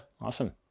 awesome